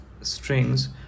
strings